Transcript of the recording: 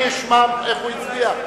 איך אני אשמע איך הוא הצביע?